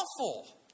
awful